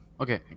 Okay